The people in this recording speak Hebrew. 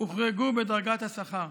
הוחרגו בדרגת השכר.